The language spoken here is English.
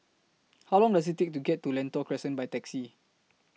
How Long Does IT Take to get to Lentor Crescent By Taxi